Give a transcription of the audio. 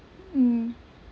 mm